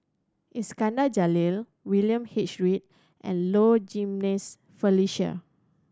Iskandar Jalil William H Read and Low Jimenez Felicia